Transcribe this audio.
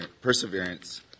perseverance